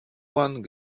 one